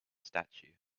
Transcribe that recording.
statue